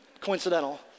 Coincidental